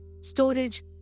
storage